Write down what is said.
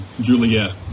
Juliet